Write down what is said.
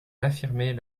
d’affirmer